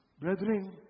Brethren